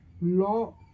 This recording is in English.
law